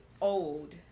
old